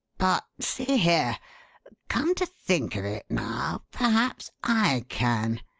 but see here come to think of it now, perhaps i can.